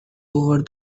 over